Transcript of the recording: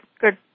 good